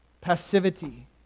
Passivity